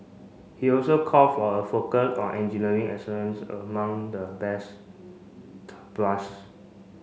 he also call for a focus on engineering excellence among the brass